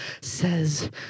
says